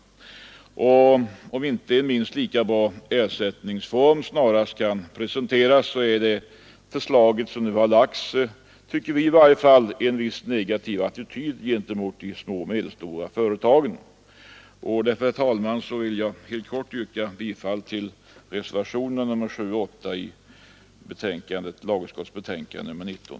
Om inte en minst lika bra ersättningsform för aktiebolag snarast kan presenteras, är detta förslag återigen ett exempel på en negativ attityd gentemot de mindre och medelstora företagen. Jag vill därför, herr talman, helt kort yrka bifall till reservationerna 7 och 8 vid lagutskottets betänkande nr 19.